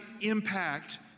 impact